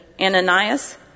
Ananias